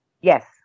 yes